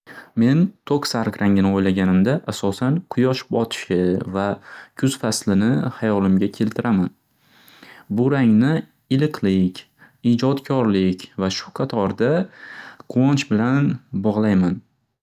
Men tok sariq rangini o'ylaganimda asosan quyosh botishi va kuz faslini hayolimga keltiraman. Bu rangni iliqlik, ijodkorlik va shu qatorda quvonch bilan bog'layman.